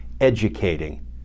educating